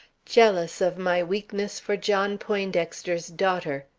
jealous of my weakness for john poindexter's daughter!